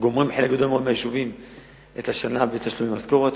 גומרים חלק גדול מהיישובים את השנה בתשלומי משכורת.